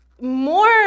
more